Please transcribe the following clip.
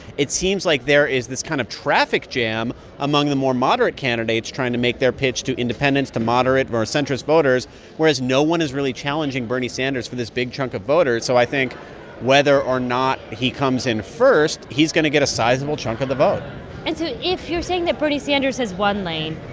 it seems like there is this kind of traffic jam among the more moderate candidates trying to make their pitch to independents to moderate, more centrist voters whereas no one is really challenging bernie sanders for this big chunk of voters. so i think whether or not he comes in first, he's going to get a sizable chunk of the vote and so if you're saying that bernie sanders has one lane.